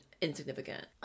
insignificant